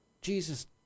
Jesus